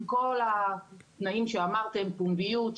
עם כל התנאים שאמרתם פומביות,